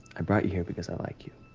i brought you here because i like you,